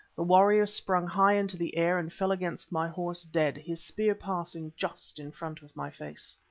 the warrior sprung high into the air, and fell against my horse dead, his spear passing just in front of my face.